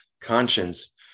conscience